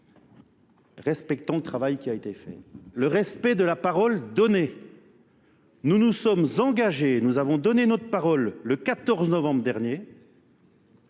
respectant le travail qui a été fait. Le respect de la parole donnée. Nous nous sommes engagés, nous avons donné notre parole le 14 novembre dernier,